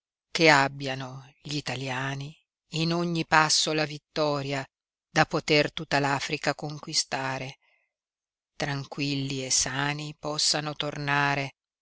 che abbiano gl'italiani in ogni passo la vittoria da poter tutta l'africa conquistare tranquilli e sani possano tornare